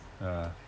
ah